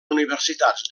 universitats